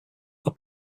are